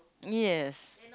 yes